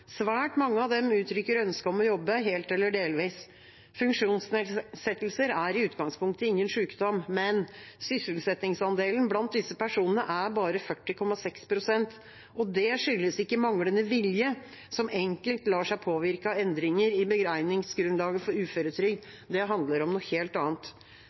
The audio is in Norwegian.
Svært mange av dem uttrykker ønske om å jobbe, helt eller delvis. Funksjonsnedsettelser er i utgangspunktet ingen sykdom, men sysselsettingsandelen blant disse personene er bare 40,6 pst. Det skyldes ikke manglende vilje, som enkelt lar seg påvirke av endringer i beregningsgrunnlaget for uføretrygd. Det handler om noe helt